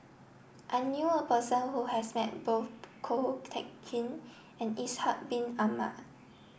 I knew a person who has met both Ko Teck Kin and Ishak Bin Ahmad